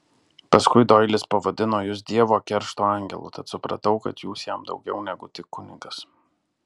paskui doilis pavadino jus dievo keršto angelu tad supratau kad jūs jam daugiau negu tik kunigas